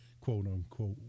quote-unquote